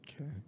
okay